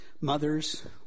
mothers